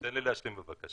תן לי להשלים, בבקשה.